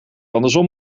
andersom